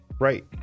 Right